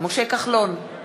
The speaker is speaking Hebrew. משה כחלון, אינו נוכח